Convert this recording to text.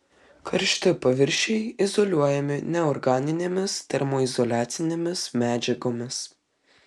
karšti paviršiai izoliuojami neorganinėmis termoizoliacinėmis medžiagomis